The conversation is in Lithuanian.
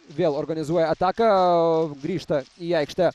vėl organizuoja ataką grįžta į aikštę